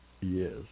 Yes